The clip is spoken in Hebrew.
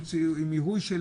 עם איור של